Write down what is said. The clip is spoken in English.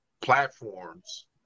platforms